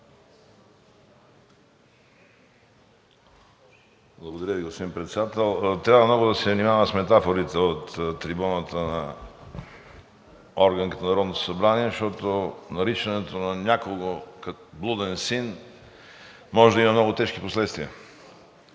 Благодаря Ви, господин Председател. Трябва много да се внимава с метафорите от трибуната на орган като Народното събрание, защото наричането на някого блуден син може да има много тежки последствия.